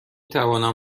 توانم